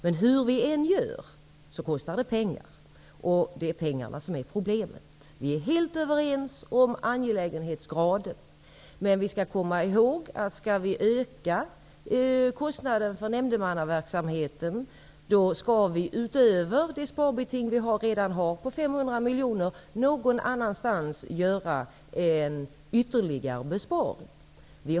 Men hur vi än gör, kostar det pengar, och det är pengarna som är problemet. Vi är helt överens om angelägenhetsgraden. Men man måste komma ihåg att om kostnaderna för nämndemannaverksamheten skall ökas, måste man -- utöver sparbetinget på 500 miljoner -- göra ytterligare besparingar någon annanstans.